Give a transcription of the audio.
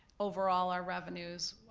overall, our revenues,